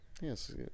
yes